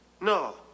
No